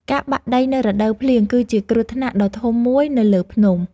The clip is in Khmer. ការបាក់ដីនៅរដូវភ្លៀងគឺជាគ្រោះថ្នាក់ដ៏ធំមួយនៅលើភ្នំ។